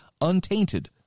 untainted